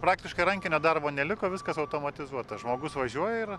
praktiškai rankinio darbo neliko viskas automatizuota žmogus važiuoja ir